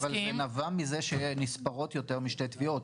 אבל זה נבע מזה שנספרות יותר משתי תביעות.